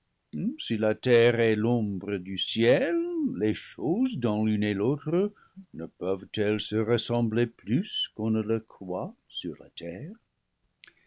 si la terre est l'ombre du ciel les choses dans l'une et l'autre ne peuvent-elles se res sembler plus qu'on ne le croit sur la terre